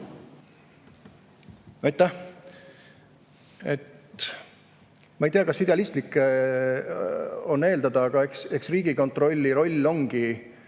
Ma ei tea, kas on idealistlik seda eeldada, aga eks Riigikontrolli roll ongi